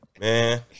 man